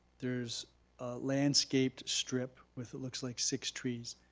there's a landscaped strip with it looks like six trees.